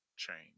change